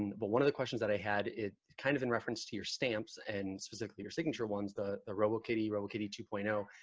and but one of the questions that i had is kind of in reference to your stamps and specifically your signature ones the the robokitty, robokitty two point zero,